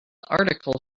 article